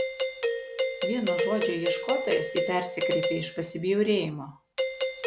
vien nuo žodžio ieškotojas ji persikreipė iš pasibjaurėjimo